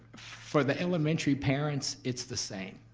for the elementary parents, it's the same.